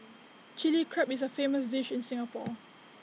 Chilli Crab is A famous dish in Singapore